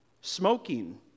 smoking